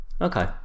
okay